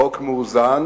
חוק מאוזן